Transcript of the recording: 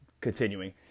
continuing